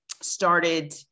started